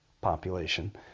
population